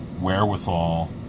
wherewithal